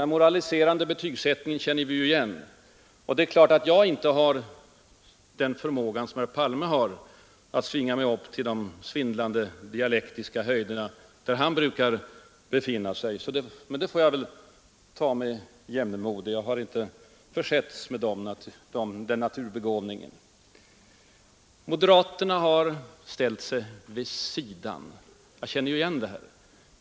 Denna moraliserande betygsättning känner vi igen. Det är klart att jag inte har samma förmåga som herr Palme att svinga mig upp till de svindlande dialektiska höjder där han brukar befinna sig. Men det får jag ta med jämnmod. Jag har inte försetts med samma naturbegåvning. Moderaterna har — säger herr Palme — ”ställt sig vid sidan”. Jag känner igen detta.